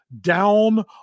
down